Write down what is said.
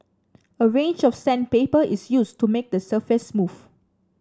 a range of sandpaper is used to make the surface smooth